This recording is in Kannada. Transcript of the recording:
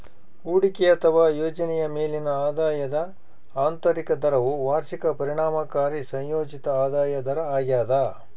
ಹೂಡಿಕೆ ಅಥವಾ ಯೋಜನೆಯ ಮೇಲಿನ ಆದಾಯದ ಆಂತರಿಕ ದರವು ವಾರ್ಷಿಕ ಪರಿಣಾಮಕಾರಿ ಸಂಯೋಜಿತ ಆದಾಯ ದರ ಆಗ್ಯದ